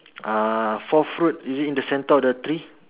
uh four fruit is it in the centre of the tree